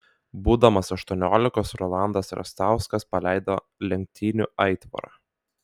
būdamas aštuoniolikos rolandas rastauskas paleido lenktynių aitvarą